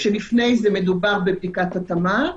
כשלפני זה מדובר בבדיקת התאמה,